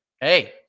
Hey